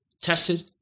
tested